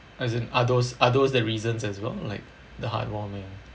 as in are those are those the reasons as well like the heartwarming